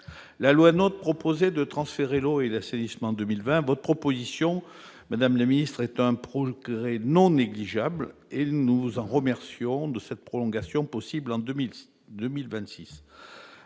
La loi NOTRe proposait de transférer les compétences susvisées en 2020. Votre proposition, madame la ministre, constitue un progrès non négligeable et nous vous remercions de cette prolongation possible jusqu'en 2026.